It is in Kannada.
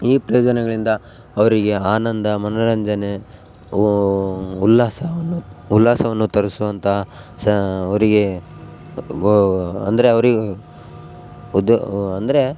ಈ ಪ್ರಯೋಜನಗಳಿಂದ ಅವರಿಗೆ ಆನಂದ ಮನೋರಂಜನೆ ಉಲ್ಲಾಸವನ್ನು ಉಲ್ಲಾಸವನ್ನು ತರಿಸುವಂಥ ಸಹ ಅವರಿಗೇ ಅಂದರೆ ಅವ್ರಿಗೆ ಉದ್ಯೋ ಅಂದರೆ